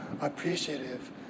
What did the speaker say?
appreciative